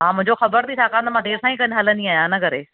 हा मुंहिंजो ख़बर अथई छाकाणि त मां देरि सां ई खनि हलंदी आहियां इनकरे